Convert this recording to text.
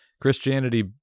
Christianity